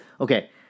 Okay